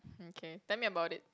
okay tell me about it